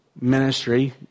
ministry